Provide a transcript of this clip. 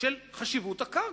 של חשיבות הקרקע,